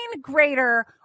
greater